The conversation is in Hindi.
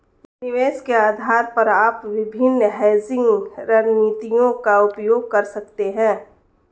निवेश के आधार पर आप विभिन्न हेजिंग रणनीतियों का उपयोग कर सकते हैं